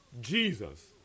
Jesus